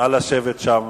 נא לשבת שם.